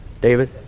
David